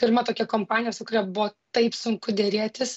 pirma tokia kompanija su kuria buvo taip sunku derėtis